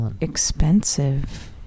expensive